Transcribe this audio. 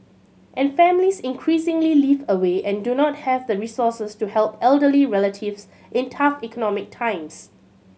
and families increasingly live away and do not have the resources to help elderly relatives in tough economic times